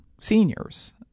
seniors